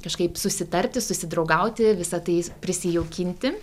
kažkaip susitarti susidraugauti visa tai prisijaukinti